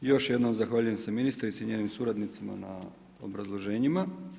I još jednom zahvaljujem se ministrici i njenim suradnicima na obrazloženjima.